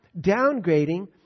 downgrading